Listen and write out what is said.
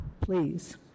please